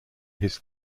his